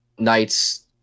Knight's